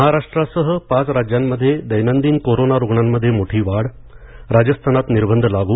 महाराष्ट्रासह पाच राज्यांमध्ये दैनंदिन कोरोना रुग्णांमध्ये मोठी वाढ राजस्थानात निर्बंध लागू